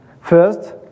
First